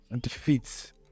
defeats